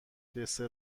دسر